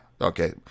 okay